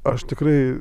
aš tikrai